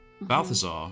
Balthazar